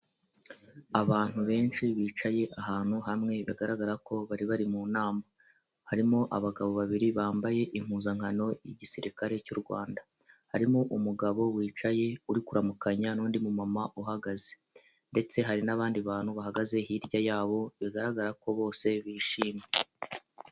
Abantu benshi bicaye ahantu hamwe bigaragara ko bari bari mu nama. Harimo abagabo babiri bambaye impuzankano y'igisirikare cy'u Rwanda. Harimo umugabo wicaye uri kuramukanya n'undi mu muma uhagaze, ndetse hari n'abandi bantu bahagaze hirya yabo bigaragara ko bose bishimye.